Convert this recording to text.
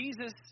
Jesus